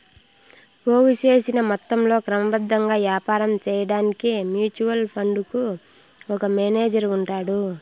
పోగు సేసిన మొత్తంలో క్రమబద్ధంగా యాపారం సేయడాన్కి మ్యూచువల్ ఫండుకు ఒక మేనేజరు ఉంటాడు